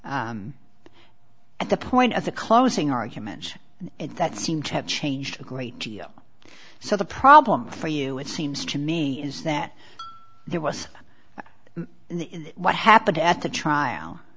at the point at the closing arguments and that seemed to have changed a great deal so the problem for you it seems to me is that there was in the what happened at the trial